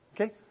Okay